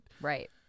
right